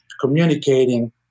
communicating